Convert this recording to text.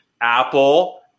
Apple